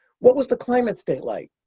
what was the climate state like?